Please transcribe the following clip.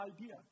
idea